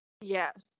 yes